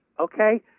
okay